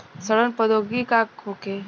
सड़न प्रधौगिकी का होखे?